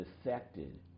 affected